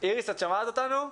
איריס נהרי ממשרד הרווחה,